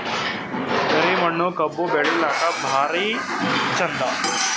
ಕರಿ ಮಣ್ಣು ಕಬ್ಬು ಬೆಳಿಲ್ಲಾಕ ಭಾರಿ ಚಂದ?